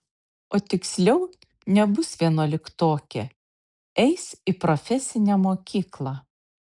o tiksliau nebus vienuoliktokė eis į profesinę mokyklą